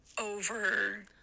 over